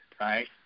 Right